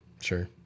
Sure